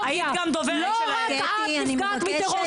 לא רק את נפגעת מטרור.